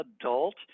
adult